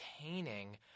entertaining